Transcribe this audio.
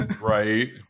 Right